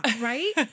right